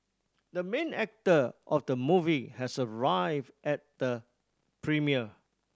the main actor of the movie has arrived at the premiere